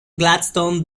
gladstone